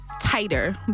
tighter